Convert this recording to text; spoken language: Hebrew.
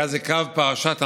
זה היה קו פרשת המים.